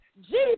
Jesus